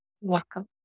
Welcome